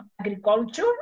agriculture